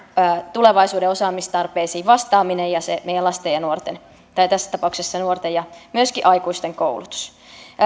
tulevaisuuden osaamistarpeisiin vastaaminen ja meidän lasten ja nuorten tai tässä tapauksessa nuorten ja myöskin aikuisten koulutus